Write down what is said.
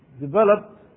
developed